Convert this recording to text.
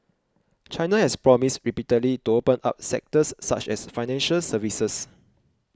China has promised repeatedly to open up sectors such as financial services